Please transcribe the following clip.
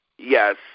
Yes